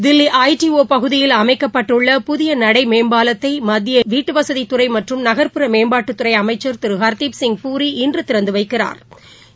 Delhi I T O பகுதியில் அமைக்கப்பட்டுள்ள புதியநடைமேம்பாலத்தைமத்தியவீட்டுவசதிமற்றும் நகள்ப்புற மேம்பாட்டுத்துறைஅமைச்சன் திருஹாதீப் பூரி இன்றுதிறந்துவைக்கிறாா்